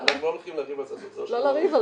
-- אנחנו לא הולכים לריב על זה --- לא מחפשים